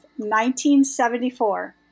1974